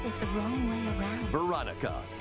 Veronica